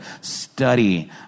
study